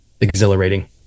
exhilarating